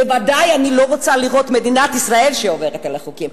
ודאי אני לא רוצה לראות את מדינת ישראל שעוברת על החוקים.